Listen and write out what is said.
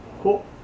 Cool